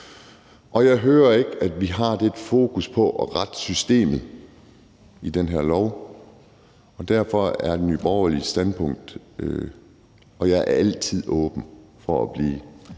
og jeg hører ikke, at vi har det fokus på at rette systemet i den her lov, og derfor er mit og Nye Borgerliges standpunkt som udgangspunkt – og jeg er altid åben for at nå